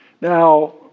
Now